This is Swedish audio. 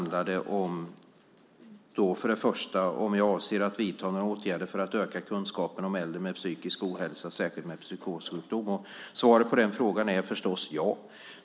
Den första gäller om jag avser att vidta några åtgärder för att öka kunskapen om äldre med psykisk ohälsa, särskilt de med psykossjukdom. Svaret på den frågan är förstås ja.